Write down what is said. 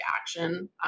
action